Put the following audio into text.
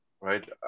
right